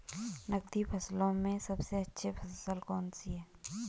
नकदी फसलों में सबसे अच्छी फसल कौन सी है?